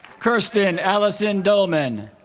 kirsten alison dollman